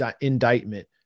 indictment